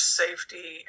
safety